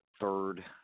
third